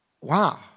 wow